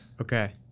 Okay